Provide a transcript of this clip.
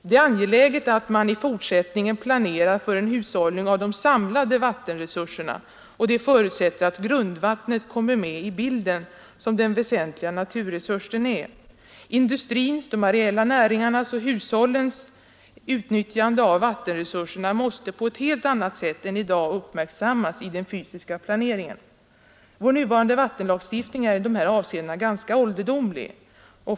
Det är angeläget att man i fortsättningen planerar för en hushållning med de samlade vattenresurserna, och det förutsätter att grundvattnet kommer med i bilden som den väsentliga naturresurs det är. Industrins, de areella näringarnas och hushållens utnyttjande av vattenresurserna måste uppmärksammas i den fysiska planeringen på ett helt annat sätt än i dag. Vår nuvarande vattenlagstiftning är i dessa avseenden ganska ålderdomlig.